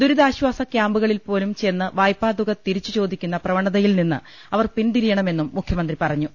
ദുരി താശ്വാസ കൃാമ്പുകളിൽപോലും ചെന്ന് വായ്പാതുക തിരിച്ച് ചോദിക്കുന്ന പ്രവണതയിൽ നിന്ന് അവർ പിൻതിരിയണമെന്നും മുഖ്യമന്ത്രി പറഞ്ഞു